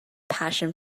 passion